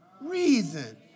reason